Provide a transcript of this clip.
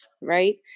Right